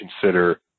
consider